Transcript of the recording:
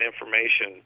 information